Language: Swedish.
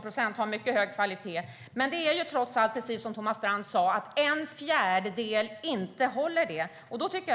procent av utbildningarna har mycket hög kvalitet. Men precis som Thomas Strand sa håller en fjärdedel av utbildningarna inte en hög kvalitet.